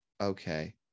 okay